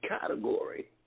category